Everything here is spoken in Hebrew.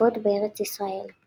נוספות בארץ ישראל.